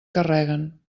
carreguen